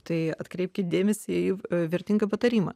tai atkreipkit dėmesį į vertingą patarimą